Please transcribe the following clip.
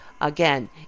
again